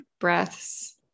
breaths